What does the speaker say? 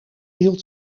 hield